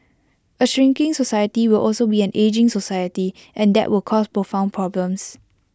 A shrinking society will also be an ageing society and that will cause profound problems